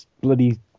bloody